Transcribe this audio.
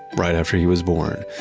right after he was born.